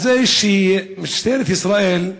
על זה שמשטרת ישראל,